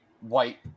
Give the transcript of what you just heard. white